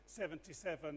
77